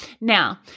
Now